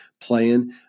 playing